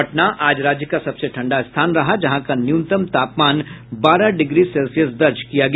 पटना आज राज्य का सबसे ठंडा स्थान रहा जहां का न्यूनतम तापमान बारह डिग्री सेल्सियस दर्ज किया गया